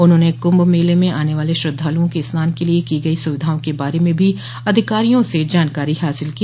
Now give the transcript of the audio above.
उन्होंने कुंभ मेला में आने वाले श्रद्धालुओं के स्नान के लिए की गई सुविधाओं के बारे में भी अधिकारियों से जानकारी हासिल की